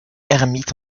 ermite